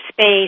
space